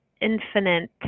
infinite